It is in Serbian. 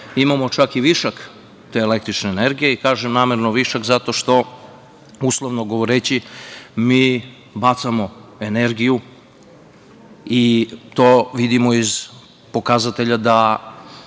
imamo čak i višak te električne energije. Kažem namerno višak, zato što, uslovno govoreći, mi bacamo energiju, i to vidimo iz pokazatelja da